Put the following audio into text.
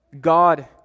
God